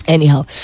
Anyhow